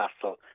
Castle